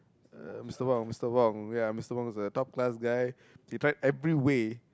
uh Mister-Wong Mister-Wong ya Mister-Wong is a top class guy he tried every way